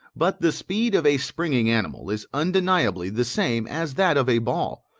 but the speed of a springing animal is undeniably the same as that of a ball,